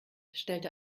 stellte